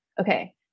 okay